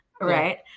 right